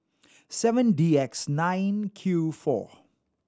seven D X nine Q four